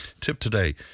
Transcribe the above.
tiptoday